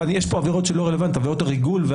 ויש פה עבירות שלא רלוונטיות, עבירות הריגול.